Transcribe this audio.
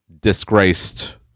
disgraced